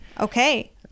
okay